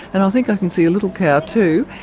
and i think i can see a little cow too,